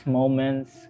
moments